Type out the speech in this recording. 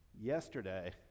Yesterday